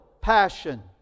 passion